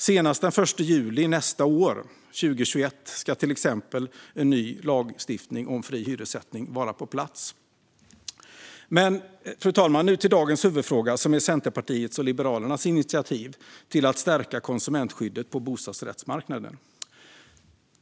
Senast den 1 juli 2021 ska till exempel en ny lagstiftning om fri hyressättning vara på plats. Fru talman! Jag ska nu gå över till dagens huvudfråga som är Centerpartiets och Liberalernas initiativ om att stärka konsumentskyddet på bostadsrättsmarknaden.